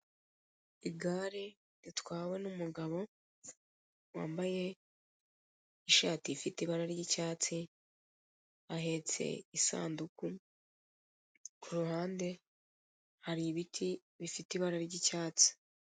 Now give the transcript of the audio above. Igare ritwawe n'umugabo wambaye ishati ifite ibara ry'icyatsi ahetse isanduku, ku ruhande hari ibiti bifite ibara ry'icyatsi.